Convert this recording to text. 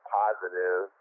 positive